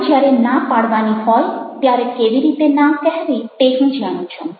મારે જ્યારે ના પાડવાની હોય ત્યારે કેવી રીતે ના કહેવી તે હું જાણું છું